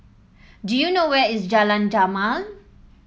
do you know where is Jalan Jamal